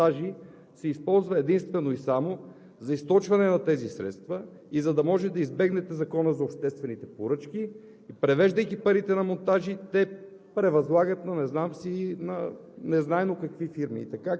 Вторият извод, който потвърдихте във Вашия отговор, това е, че „Монтажи“ се използва единствено и само за източване на тези средства. За да може да избегнете Закона за обществените поръчки, превеждайки парите на „Монтажи“, те превъзлагат